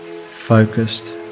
focused